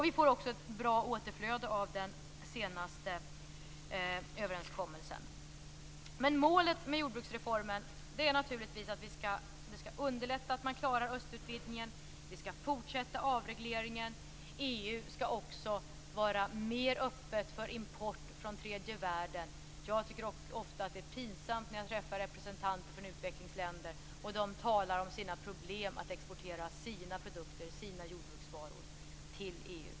Vi får också ett bra återflöde av den senaste överenskommelsen. Men målet med jordbruksreformen är naturligtvis att det skall underlätta östutvidgningen. Vi skall fortsätta avregleringen. EU skall också vara mer öppet för import från tredje världen. Jag tycker ofta att det är pinsamt när jag träffar representanter från utvecklingsländer och de talar om sina problem att exportera sina jordbruksvaror till EU.